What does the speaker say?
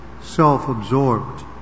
self-absorbed